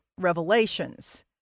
revelations